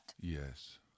yes